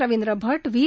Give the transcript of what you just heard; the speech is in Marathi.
रवींद्र भट व्ही